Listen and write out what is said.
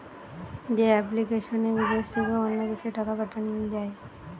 যে এপ্লিকেশনে বিদেশ থেকে অন্য দেশে টাকা পাঠান যায়